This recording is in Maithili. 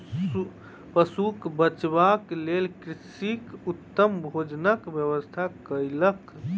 पशुक बच्चाक लेल कृषक उत्तम भोजनक व्यवस्था कयलक